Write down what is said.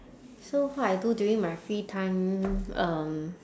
so far I do during my free time um